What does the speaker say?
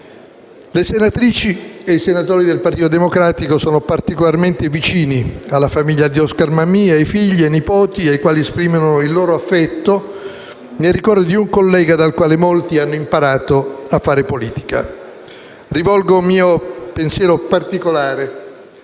Le senatrici e i senatori del Partito Democratico sono particolarmente vicini alla famiglia di Oscar Mammì, ai figli e ai nipoti, ai quali esprimono il loro affetto, nel ricordo di un collega dal quale molti hanno imparato a fare politica. Rivolgo un mio pensiero particolare